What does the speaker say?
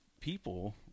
people